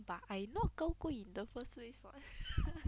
but I not 高贵 in the first place [what]